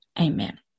Amen